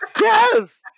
Yes